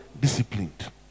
Disciplined